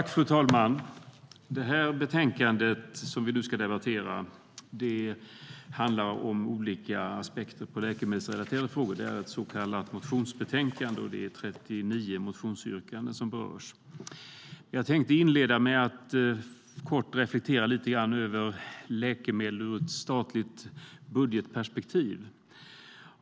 Fru talman! Betänkandet som vi nu ska debattera handlar om olika aspekter på läkemedelsrelaterade frågor. Det är ett så kallat motionsbetänkande med 39 motionsyrkanden som berörs. Låt mig inleda med att kort reflektera lite grann över läkemedel ur ett statligt budgetperspektiv.